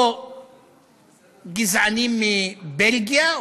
או מגזענים מבלגיה,